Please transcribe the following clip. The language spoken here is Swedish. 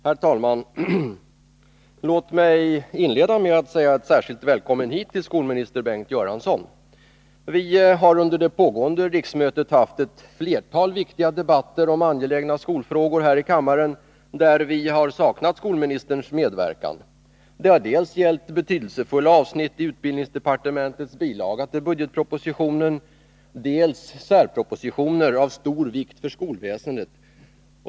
Herr talman! Låt mig inleda med att säga ett särskilt ”välkommen hit” till skolminister Bengt Göransson. Vi har här i kammaren under det pågående riksmötet haft ett flertal viktiga debatter om angelägna skolfrågor, och vi har då saknat skolministerns medverkan. Det har dels gällt betydelsefulla avsnitt i utbildningsdepartementets bilaga till budgetpropositionen, dels särpropositioner av stor vikt för skolväsendet.